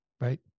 right